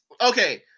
okay